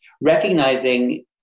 recognizing